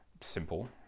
simple